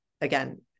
again